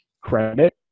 credit